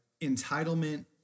entitlement